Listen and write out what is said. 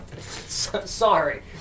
Sorry